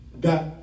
got